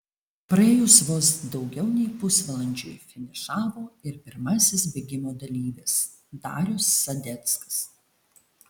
praėjus vos daugiau nei pusvalandžiui finišavo ir pirmasis bėgimo dalyvis darius sadeckas